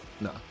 no